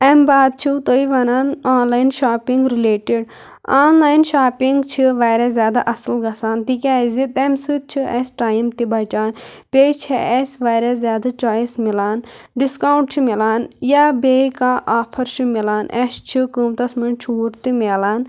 امہِ باد چھُو تُہۍ وَنان online shopping related online shopping چھِ وارِیاہ زیادٕ اَصٕل گَژھان تِکیٛازِ تَمہِ سۭتۍ چھِ اَسہِ ٹایم تہِ بَچان بیٚیہِ چھِ اَسہِ وارِیاہ زیادٕ چۄیِس مِلان ڈِسکَوُنٹ چھِ مِلان یا بیٚیہِ کانٛہہ آفر چھُ مِلان اَسہِ چھِ قۭمتس منٛز چھوٗٹ تہِ میلان